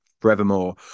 forevermore